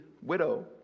widow